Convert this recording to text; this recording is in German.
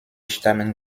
stammen